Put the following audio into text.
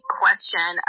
question